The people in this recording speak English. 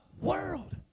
world